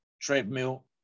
treadmill